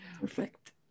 Perfect